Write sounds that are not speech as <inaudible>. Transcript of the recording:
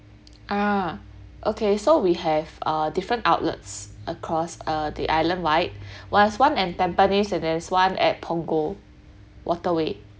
<noise> ah okay so we have uh different outlets across uh the islandwide <breath> there's one at tampines and there's one at punggol waterway